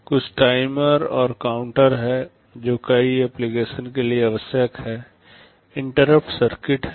कुछ टाइमर और काउंटर हैं जो कई ऍप्लिकेशन्स के लिए आवश्यक हैं इंटरप्ट सर्किट्स हैं